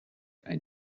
ein